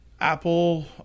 Apple